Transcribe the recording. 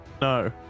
No